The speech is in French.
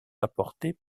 apportés